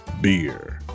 Beer